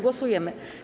Głosujemy.